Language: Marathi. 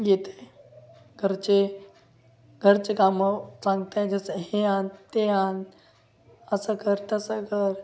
येते घरचे घरचे कामं सांगत आहेत जसं हे आण ते आण असं कर तसं कर